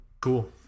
Cool